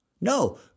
No